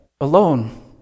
alone